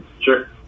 Sure